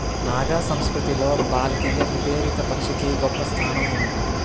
నాగా సంస్కృతిలో భారతీయ ఇబెరిత పక్షికి గొప్ప స్థానం ఉంది